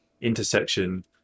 intersection